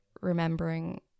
remembering